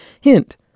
Hint